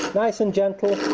nice and gentle.